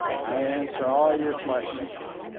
i answer all your queshons.